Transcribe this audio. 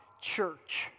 church